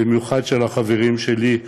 במיוחד של החברים שלי,